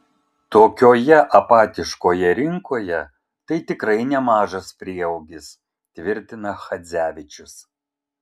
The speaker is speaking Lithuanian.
tokioje apatiškoje rinkoje tai tikrai nemažas prieaugis tvirtina chadzevičius